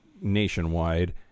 nationwide